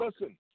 listen